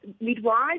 midwives